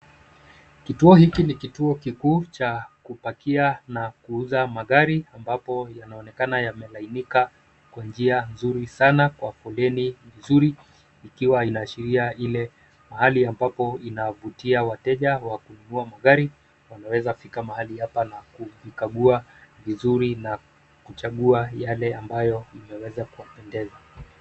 Kituo hiki ni kituo kikuu cha kupakia na kuuza magari ambapo yanaonekana yamelainika kwa njia nzuri sana kwa foleni nzuri ikiwa inaashiria ile hali ambapo inavutia wateja wa kununua magari. Wanaweza fika mahali hapa na kuvikagua vizuri na kuchagua yale ambayo imeweza kuwapendeza.